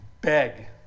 beg